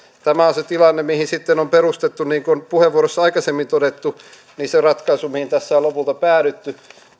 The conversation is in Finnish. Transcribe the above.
tämä on se tilanne mihin sitten on perustettu niin kuin on puheenvuoroissa aikaisemmin todettu se ratkaisu mihin tässä on lopulta päädytty